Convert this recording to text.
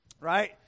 right